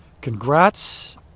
congrats